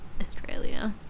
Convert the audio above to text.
Australia